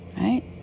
right